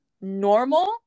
normal